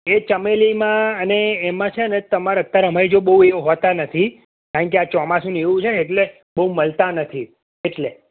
એ ચમેલીમાં અને એમા છે ને તમાર અતાર અમારી જોડ બોવ એવું હોતા નથી કારણ કે આ ચોમાસું ને એવું છે ને એટલે બોવ મલતા નથી એટલે